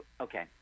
Okay